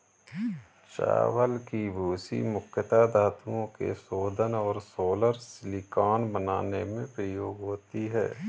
चावल की भूसी मुख्यता धातुओं के शोधन और सोलर सिलिकॉन बनाने में प्रयोग होती है